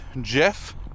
Jeff